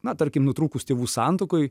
na tarkim nutrūkus tėvų santuokoj